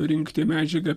rinkti medžiagą